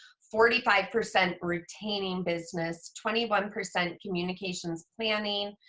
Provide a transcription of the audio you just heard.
forty five percent retaining business, twenty one percent communications planning,